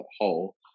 hole